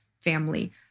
family